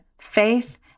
faith